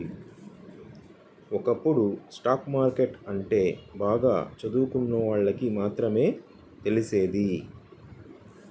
ఒకప్పుడు stock market అంటే బాగా చదువుకున్నోళ్ళకి మాత్రమే తెలిసేది